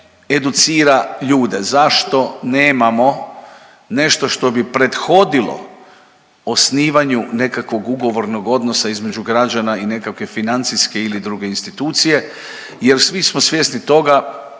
educira ljude, zašto nemamo nešto što bi prethodilo osnivanju nekakvog ugovornog odnosa između građana i nekakve financijske ili druge institucije jer svi smo svjesni toga